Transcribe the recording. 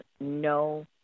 no